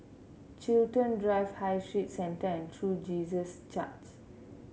Chiltern Drive High Street Centre and True Jesus Church